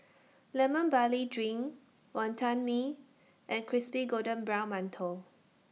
Lemon Barley Drink Wonton Mee and Crispy Golden Brown mantou